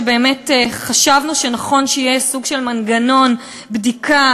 באמת חשבנו שנכון שיהיה סוג של מנגנון בדיקה